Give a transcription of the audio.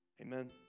Amen